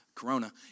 Corona